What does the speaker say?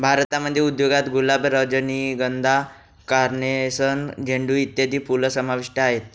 भारतामध्ये फुल उद्योगात गुलाब, रजनीगंधा, कार्नेशन, झेंडू इत्यादी फुलं समाविष्ट आहेत